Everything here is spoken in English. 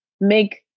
make